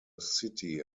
city